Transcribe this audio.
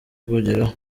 kugeraho